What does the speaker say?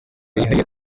yihariye